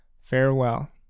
Farewell